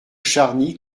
charny